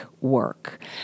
work